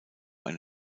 eine